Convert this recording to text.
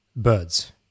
Birds